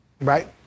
right